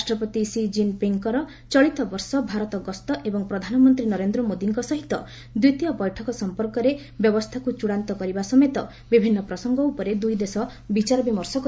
ରାଷ୍ଟ୍ରପତି ସି କିନ୍ ପିଙ୍ଗ୍ଙ୍କର ଚଳିତବର୍ଷ ଭାରତ ଗସ୍ତ ଏବଂ ପ୍ରଧାନମନ୍ତ୍ରୀ ନରେନ୍ଦ୍ର ମୋଦିଙ୍କ ସହିତ ଦ୍ୱିତୀୟ ବୈଠକ ସମ୍ପର୍କରେ ବ୍ୟବସ୍ଥାକୁ ଚୂଡାନ୍ତ କରିବା ସମେତ ବିଭିନ୍ନ ପ୍ରସଙ୍ଗ ଉପରେ ଦୁଇଦେଶ ବିଚାରବିମର୍ଶ କରିବେ